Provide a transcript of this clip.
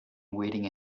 waiting